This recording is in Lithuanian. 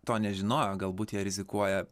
to nežinojo galbūt jie rizikuoja